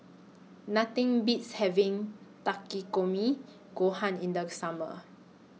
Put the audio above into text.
Nothing Beats having Takikomi Gohan in The Summer